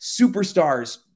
superstars